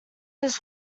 his